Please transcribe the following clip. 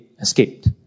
escaped